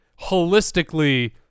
holistically